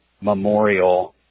memorial